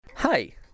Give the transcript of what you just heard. Hi